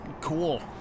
cool